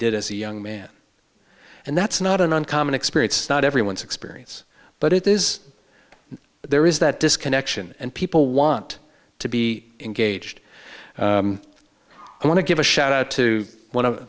a young man and that's not an uncommon experience not everyone's experience but it is there is that disconnection and people want to be engaged i want to give a shout out to one of